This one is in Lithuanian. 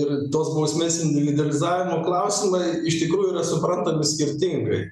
ir tos bausmės individualizavimo klausimai iš tikrųjų yra suprantami skirtingai